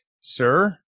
sir